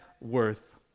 worth